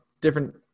different